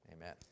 Amen